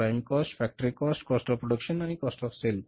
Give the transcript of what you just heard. prime cost factory cost cost of production आणि cost of sale